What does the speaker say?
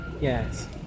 Yes